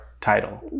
title